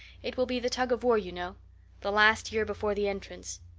it will be the tug of war, you know the last year before the entrance.